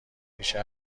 ریشه